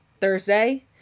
Thursday